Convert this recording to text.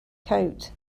coat